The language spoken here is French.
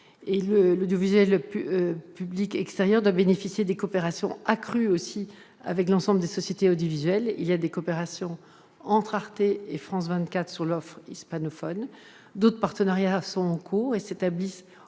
L'audiovisuel public extérieur doit aussi bénéficier de coopérations accrues avec l'ensemble des sociétés audiovisuelles. Il existe ainsi des coopérations entre Arte et France 24 sur l'offre hispanophone. D'autres partenariats sont en cours et s'établissent au fur